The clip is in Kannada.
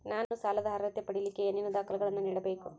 ನಾನು ಸಾಲದ ಅರ್ಹತೆ ಪಡಿಲಿಕ್ಕೆ ಏನೇನು ದಾಖಲೆಗಳನ್ನ ನೇಡಬೇಕು?